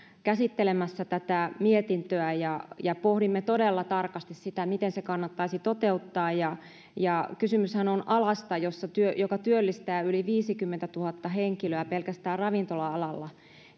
käsittelemässä tätä mietintöä ja ja pohdimme todella tarkasti sitä miten tämä kannattaisi toteuttaa kysymyshän on alasta joka työllistää yli viisikymmentätuhatta henkilöä pelkästään ravintola alalla